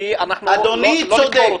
אדוני צודק.